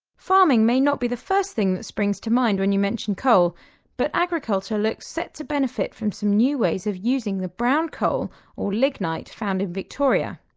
farming may not be the first thing that springs to mind when you mention coal coal but agriculture looks set to benefit from some new ways of using the brown coal or lignite found in victoria.